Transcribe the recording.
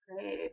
Great